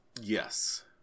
Yes